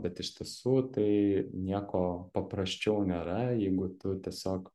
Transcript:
bet iš tiesų tai nieko paprasčiau nėra jeigu tu tiesiog